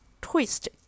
twist